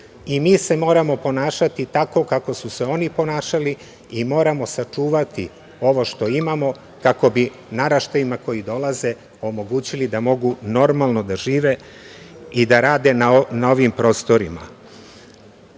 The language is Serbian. i mi se moramo ponašati tako kako su se oni ponašali i moramo sačuvati ovo što imamo kako bi naraštajima koji dolaze omogućili da mogu normalno da žive i da rade na ovim prostorima. Ulazak